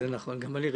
זה נכון, גם אני ראיתי.